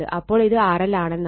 അപ്പോൾ ഇത് RL ആണെന്നാണ്